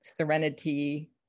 Serenity